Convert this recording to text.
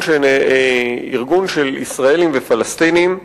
ארגון של ישראלים ופלסטינים,